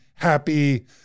happy